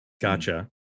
gotcha